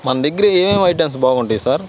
మన దగ్గర ఏ యే ఐటమ్స్ బాగుంటాయి సార్